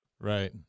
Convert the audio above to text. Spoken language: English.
Right